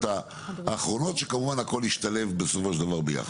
האחרות שכמובן הכל ישתלב בסופו של דבר ביחד.